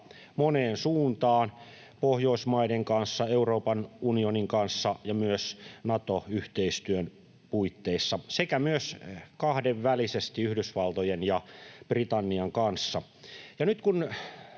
moneen suuntaan: Pohjoismaiden kanssa, Euroopan unionin kanssa ja myös Nato-yhteistyön puitteissa sekä myös kahdenvälisesti Yhdysvaltojen ja Britannian kanssa.